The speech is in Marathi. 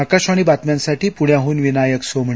आकाशवाणीबातम्यांसाठी पुण्याहूनविनायकसोमणी